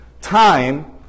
time